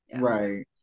Right